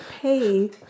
pay